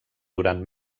durant